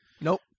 Nope